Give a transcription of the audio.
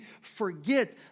forget